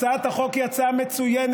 הצעת החוק היא הצעה מצוינת,